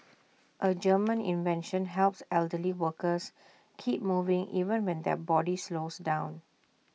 A German invention helps elderly workers keep moving even when their body slows down